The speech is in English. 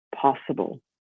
possible